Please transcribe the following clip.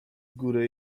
góry